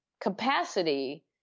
capacity